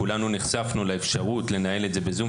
כולנו נחשפנו לאפשרות לנהל את זה בזום.